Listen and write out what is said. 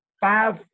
five